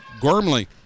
Gormley